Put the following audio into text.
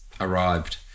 arrived